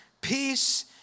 peace